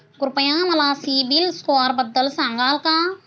कृपया मला सीबील स्कोअरबद्दल सांगाल का?